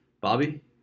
Bobby